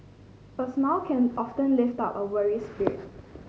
a smile can often lift up a weary spirit